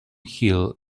hill